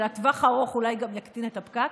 מה שלטווח הארוך אולי גם יקטין את הפקק